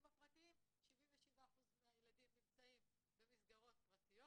הפרטיים כאשר 77 אחוזים מהילדים נמצאים במסגרות פרטיות.